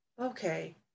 okay